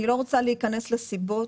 אני לא רוצה להיכנס לסיבות,